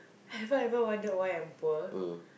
have I ever wondered why I'm poor